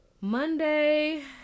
Monday